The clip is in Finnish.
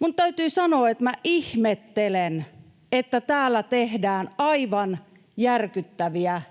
Minun täytyy sanoa, että ihmettelen, että täällä tehdään aivan järkyttäviä